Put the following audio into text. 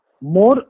more